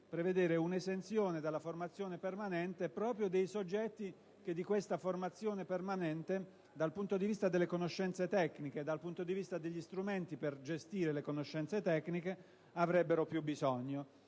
prevedere un'esenzione dalla formazione permanente proprio dei soggetti che di questa formazione permanente, dal punto di vista delle conoscenze tecniche e degli strumenti per gestirle, avrebbero più bisogno.